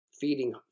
feeding